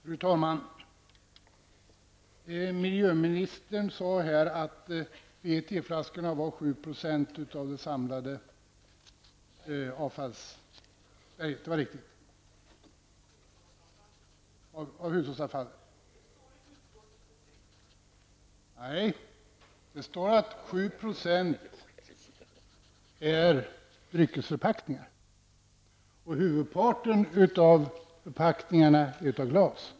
Fru talman! Miljöministern sade att PET-flaskorna utgör 7 % av avfallet. Är det riktigt? Nej, det står att 7 % är dryckesförpackningar.